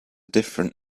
different